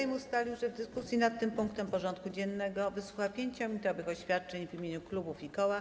Sejm ustalił, że w dyskusji nad tym punktem porządku dziennego wysłucha 5-minutowych oświadczeń w imieniu klubów i koła.